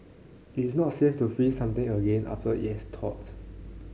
it is not safe to freeze something again after it has thawed